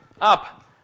Up